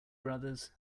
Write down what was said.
brothers